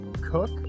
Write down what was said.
cook